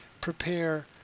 prepare